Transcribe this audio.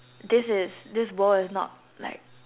this is this world is not like